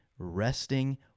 resting